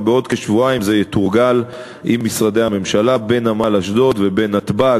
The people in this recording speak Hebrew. ובעוד כשבועיים זה יתורגל עם משרדי הממשלה בנמל אשדוד ובנתב"ג,